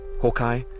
hawkeye